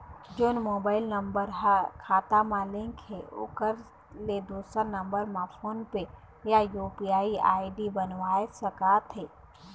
जोन mobile number हा खाता मा लिन्क हे ओकर ले दुसर नंबर मा फोन पे या यू.पी.आई आई.डी बनवाए सका थे?